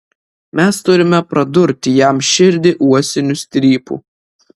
mes turime pradurti jam širdį uosiniu strypu